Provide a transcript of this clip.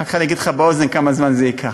אחר כך אני אגיד לך באוזן כמה זמן זה ייקח.